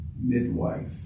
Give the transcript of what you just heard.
midwife